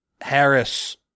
Harris